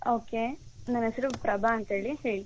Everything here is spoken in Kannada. ಓಕೆ ನನ್ನ ಹೆಸರು ಪ್ರಭಾ ಅಂತ್ಹೇಳಿ ಹೇಳಿ